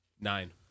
Nine